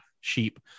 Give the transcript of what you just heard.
sheep